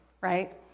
right